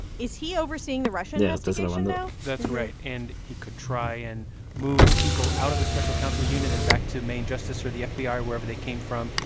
is he overseeing the russia investigation now? that's right. and he could try and move people out of the special counsel unit and back to main justice or the fbi, wherever they came from.